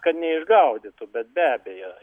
kad neišgaudytų bet be abejo